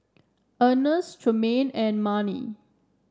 Earnest Tremaine and Marni